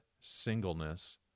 singleness